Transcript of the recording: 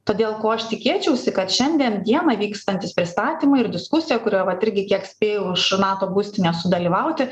todėl ko aš tikėčiausi kad šiandien dieną vykstantys pristatymai ir diskusija kurioj vat irgi kiek spėjau už nato būstinę sudalyvauti